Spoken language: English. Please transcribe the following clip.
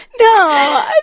No